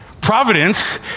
Providence